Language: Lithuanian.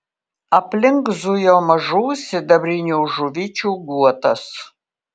aplink zujo mažų sidabrinių žuvyčių guotas